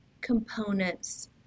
components